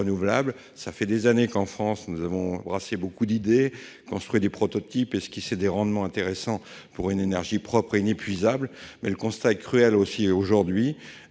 Cela fait des années qu'en France nous avons brassé beaucoup d'idées, construit des prototypes, esquissé des rendements intéressants pour une énergie propre et inépuisable. Cependant, le constat est cruel aujourd'hui